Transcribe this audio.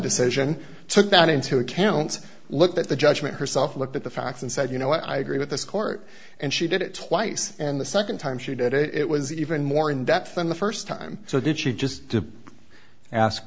decision took that into account looked at the judgment herself looked at the facts and said you know what i agree with this court and she did it twice and the second time she did it it was even more in depth than the first time so did she just to ask